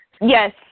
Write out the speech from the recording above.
Yes